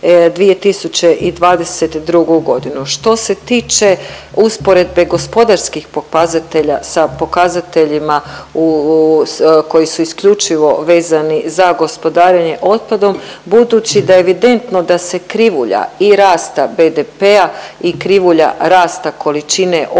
2022. godinu. Što se tiče usporedbe gospodarskih pokazatelja sa pokazateljima koji su isključivo vezani za gospodarenje otpadom budući da je evidentno da se krivulja i rasta BDP-a i krivulja rasta količine kretanja